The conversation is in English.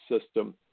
system